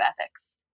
ethics